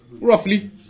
Roughly